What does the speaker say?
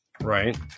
Right